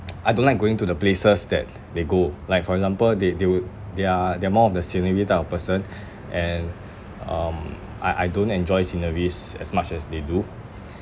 I don't like going to the places that they go like for example they they would they are they are more of the scenery type of person and um I I don't enjoy sceneries as much as they do